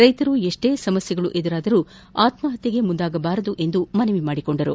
ರೈತರು ಎಷ್ಟೇ ಸಮಸ್ತೆ ಎದುರಿಸಿದರೂ ಆತ್ಮಹತ್ಯೆಗೆ ಮುಂದಾಗಬಾರದು ಮನವಿ ಮಾಡಿಕೊಂಡರು